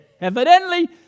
Evidently